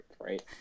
right